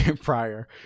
prior